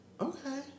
Okay